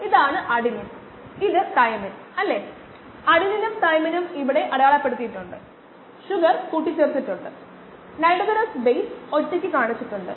അതിനാൽ അവർ ഇവിടെ നിന്ന് ഒരു സാമ്പിൾ എടുക്കണം വരൂ അളക്കുക അളക്കാൻ ഏകദേശം 20 25 മിനിറ്റ് സമയമെടുക്കും തുടർന്ന് അത് തിരികെ കൊണ്ടുവരേണ്ടതുണ്ട്